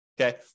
okay